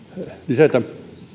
lisätä